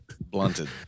Blunted